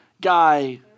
guy